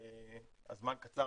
הזמן קצר